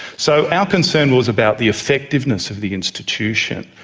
so our concern was about the effectiveness of the institution,